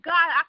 God